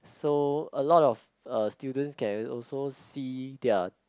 so a lot of uh students can also see their